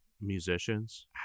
musicians